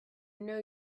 know